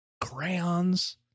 crayons